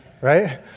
right